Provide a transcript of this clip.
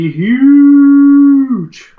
huge